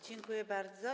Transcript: Dziękuję bardzo.